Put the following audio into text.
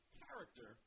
character